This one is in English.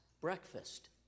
breakfast